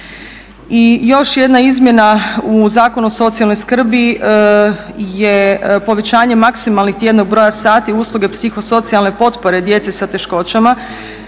I još jedna izmjena u Zakonu o socijalnoj skrbi je povećanje maksimalnih tjednog broja sati, usluge psihosocijalne potpore djece sa teškoćama